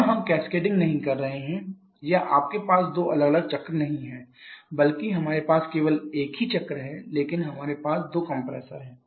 यहां हम कैस्केडिंग नहीं कर रहे हैं या आपके पास दो अलग अलग चक्र नहीं है बल्कि हमारे पास केवल एक ही चक्र है लेकिन हमारे पास दो कंप्रेशर्स हैं